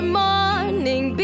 morning